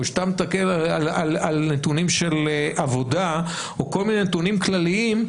או כשאתה מסתכל על נתונים של עבודה או כל מיני נתונים כלליים,